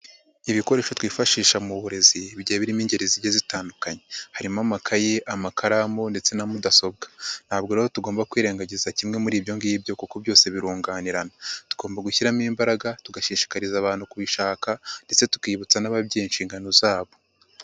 Ibikoresho twifashisha mu burezi bigiye birimo ingeri zigiye zitandukanye, harimo amakayi, amakaramu ndetse na mudasobwa, ntabwo rero tugomba kwirengagiza kimwe muri ibyo ngibyo kuko byose birunganirana, tugomba gushyiramo imbaraga, tugashishikariza abantu kubishaka ndetse tukibutsa n'ababyeyi inshingano zabo.